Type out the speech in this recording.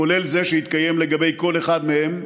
כולל זה שהתקיים לגבי כל אחד מהם,